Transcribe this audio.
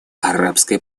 арабской